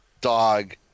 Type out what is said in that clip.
dog